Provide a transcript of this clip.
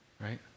Right